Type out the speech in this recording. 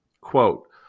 Quote